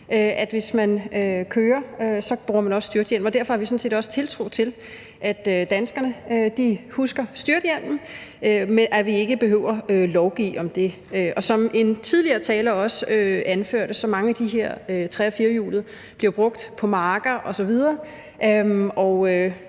at hvis man kører, bruger man også styrthjelm. Derfor har vi sådan set også tiltro til, at danskerne husker styrthjelm, og at vi ikke behøver at lovgive om det. Som en tidligere taler også anførte, så bliver mange af de her tre- og firehjulede jo brugt på marker osv., og